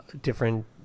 different